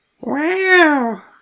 Wow